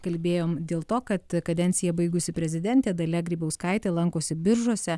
kalbėjom dėl to kad kadenciją baigusi prezidentė dalia grybauskaitė lankosi biržuose